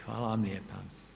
Hvala vam lijepa.